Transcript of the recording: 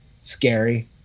scary